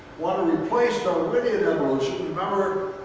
want to replace darwinian evolution. remember,